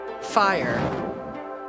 Fire